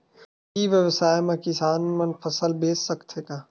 ई व्यवसाय म किसान मन फसल बेच सकथे का?